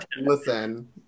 Listen